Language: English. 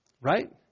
right